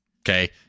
Okay